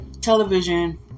Television